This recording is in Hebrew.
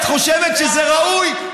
את חושבת שזה ראוי,